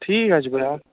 ٹھیٖک ہا چھُ بیا